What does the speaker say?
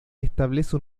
establece